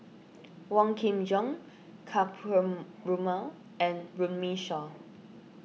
Wong Kin Jong Ka Perumal and Runme Shaw